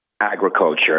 agriculture